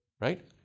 right